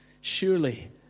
Surely